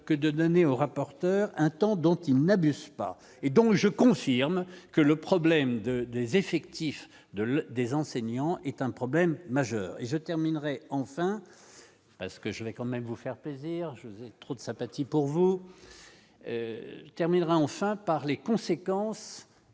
que de l'année au rapporteur, un temps dont il n'abuse pas et donc je confirme que le problème de des effectifs de la des enseignants est un problème majeur et je terminerai enfin parce ce que je vais quand même vous faire plaisir je trop de sympathie pour vous terminera enfin par les conséquences